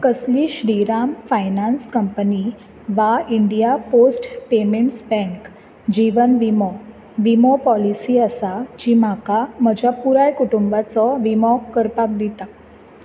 कसली Shri Ram finance company वा India post payments bank जिवन विमो विमो पॉलिसी आसा जी म्हाका म्हज्या पुराय कुटुंबाचो विमो करपाक दिता